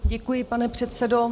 Děkuji, pane předsedo.